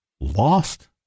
lost